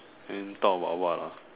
then talk about what ah